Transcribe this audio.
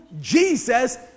jesus